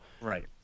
right